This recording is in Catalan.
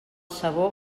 sabó